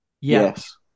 yes